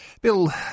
Bill